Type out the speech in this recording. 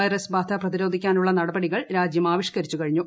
virus ബാധ പ്രതിരോധിക്കാനുള്ള നടപടികൾ രാജ്യം ആവിഷ്കരിച്ചു കഴിഞ്ഞു